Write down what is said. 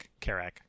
Karak